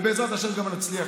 ובעזרת השם גם נצליח,